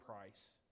price